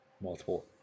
multiple